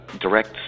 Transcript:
direct